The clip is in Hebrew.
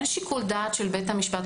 אין שיקול דעת של בית משפט.